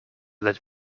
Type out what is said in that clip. that